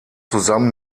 zusammen